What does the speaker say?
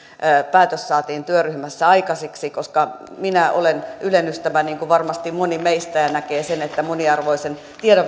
päätös saatiin työryhmässä aikaiseksi koska minä olen ylen ystävä niin kuin varmasti moni meistä ja näemme sen että moniarvoisen